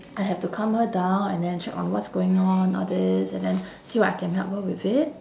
I have to calm her down and then check on what's going on all this and then see what I can help her with it